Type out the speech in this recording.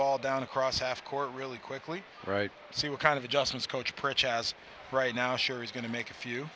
ball down across half court really quickly right see what kind of adjustments coach press has right now sure he's going to make a few